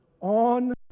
On